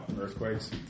earthquakes